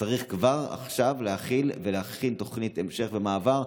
צריך כבר עכשיו להכין תוכנית המשך ומעבר.